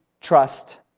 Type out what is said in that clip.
trust